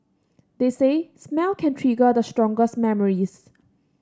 they say smell can trigger the strongest memories